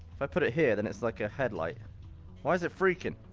if i put it here, then it's like a headlight why's it freaking?